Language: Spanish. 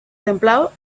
templado